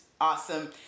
awesome